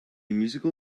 musical